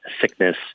sickness